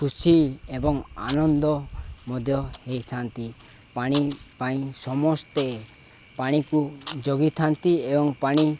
ଖୁସି ଏବଂ ଆନନ୍ଦ ମଧ୍ୟ ହେଇଥାନ୍ତି ପାଣି ପାଇଁ ସମସ୍ତେ ପାଣିକୁ ଯୋଗେଇଥାନ୍ତି ଏବଂ ପାଣି